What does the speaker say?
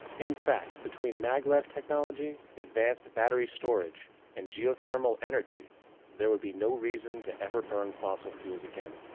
in fact, between mag-lev technology, advanced battery storage and geothermal energy there will be no reason to ever burn fossil fuels again.